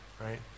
right